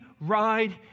ride